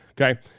okay